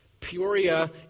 Peoria